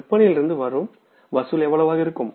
விற்பனையிலிருந்து வசூல் எவ்வளவு இருக்கும்